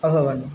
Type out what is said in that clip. अभवन्